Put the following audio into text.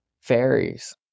fairies